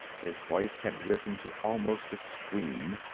his voice had risen to almost a scream,